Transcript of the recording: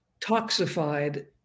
toxified